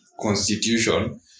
constitution